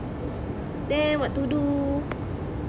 then what to do